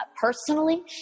personally